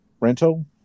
rental